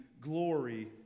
glory